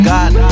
God